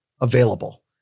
available